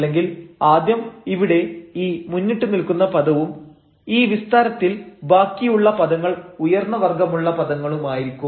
അല്ലെങ്കിൽ ആദ്യം ഇവിടെ ഈ മുന്നിട്ടു നിൽക്കുന്ന പദവും ഈ വിസ്താരത്തിൽ ബാക്കിയുള്ള പദങ്ങൾ ഉയർന്ന വർഗ്ഗമുള്ള പദങ്ങളുമായിരിക്കും